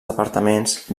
departaments